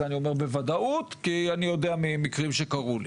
מופיע ואני אומר את זה בוודאות כי אני יודע ממקרים שקרו לי.